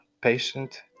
patient